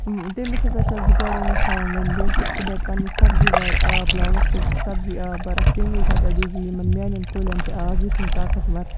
تٔمِس ہسا چھَس بہٕ گۄڈٕنٮ۪تھ تھاوان ؤنِتھ ییٚلہِ ژٕ صُبحٲے پَنٛنہِ سبزی وارِ آب لاگکھ ییٚلہِ ژٕ سبزی آب بَرَکھ تٔمۍ وِزِ ہسا دِزِ یِمَن میٛانٮ۪ن کُلٮ۪ن تہِ آب یُتھ یِم طاقتوَر